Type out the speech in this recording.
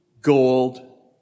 gold